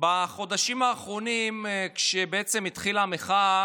בחודשים האחרונים, כשבעצם התחילה המחאה